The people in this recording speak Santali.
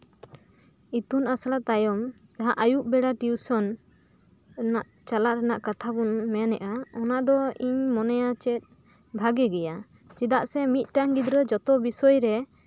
ᱤᱛᱩᱱ ᱟᱥᱲᱟ ᱛᱟᱭᱚᱢ ᱡᱟᱦᱟᱸ ᱟᱭᱩᱵ ᱵᱮᱲᱟ ᱴᱤᱭᱩᱥᱚᱱ ᱪᱟᱞᱟᱜ ᱨᱮᱱᱟᱜ ᱠᱟᱛᱷᱟ ᱵᱚᱱ ᱢᱮᱱ ᱮᱫᱟᱟ ᱚᱱᱟ ᱫᱚ ᱤᱧ ᱢᱚᱱᱮᱭᱟ ᱪᱮᱫ ᱵᱷᱟᱜᱮ ᱜᱮᱭᱟ ᱪᱮᱫᱟᱜ ᱥᱮ ᱢᱤᱫᱴᱟᱱ ᱜᱤᱫᱽᱨᱟᱹ ᱡᱚᱛᱚ ᱵᱤᱥᱚᱭᱨᱮ